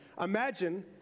Imagine